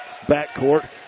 backcourt